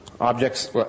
objects